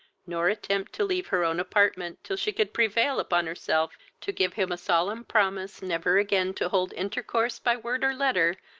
nor attempt to leave her own apartment till she could prevail upon herself to give him a solemn promise never again to hold intercourse, by word or letter,